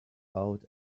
out